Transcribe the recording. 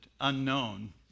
unknown